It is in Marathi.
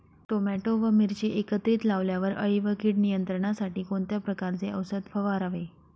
टोमॅटो व मिरची एकत्रित लावल्यावर अळी व कीड नियंत्रणासाठी कोणत्या प्रकारचे औषध फवारावे?